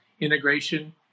integration